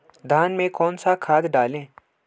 धान में कौन सा खाद डालें?